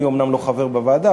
אני אומנם לא חבר בוועדה,